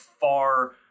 far